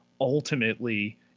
Ultimately